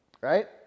Right